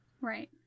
Right